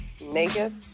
naked